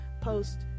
post